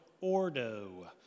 Ordo